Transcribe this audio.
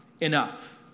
enough